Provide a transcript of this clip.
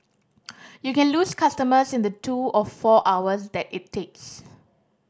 you can lose customers in the two or four hours that it takes